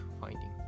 finding